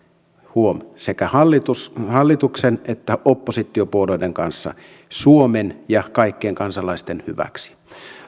huom sekä hallituksen että oppositiopuolueiden kanssa suomen ja kaikkien kansalaisten hyväksi